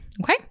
Okay